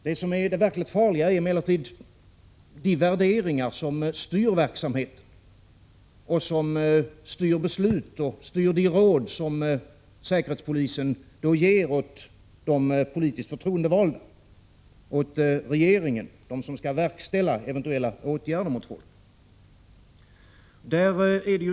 Det som är det verkligt farliga är emellertid de värderingar som styr verksamheten, som styr besluten, som styr de råd som säkerhetspolisen ger åt de politiskt förtroendevalda, åt regeringen, åt dem som skall verkställa eventuella åtgärder mot folk.